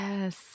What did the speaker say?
Yes